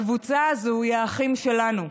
הקבוצה הזאת היא האחים שלנו,